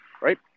right